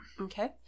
Okay